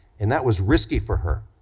and that was risky for her,